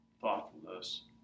thoughtfulness